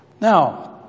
Now